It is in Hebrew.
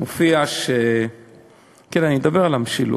מופיע, כן, אני אדבר על המשילות,